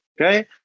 Okay